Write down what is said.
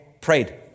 prayed